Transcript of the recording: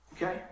Okay